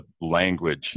language